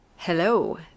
Hello